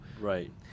Right